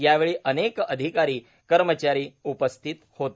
यावेळी अनेक अधिकारी कर्मचारी उपस्थित होते